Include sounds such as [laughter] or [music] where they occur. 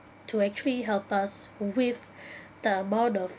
to actually help us with [breath] the amount of